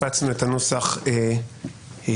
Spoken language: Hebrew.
הפצנו את הנוסח המתוקן.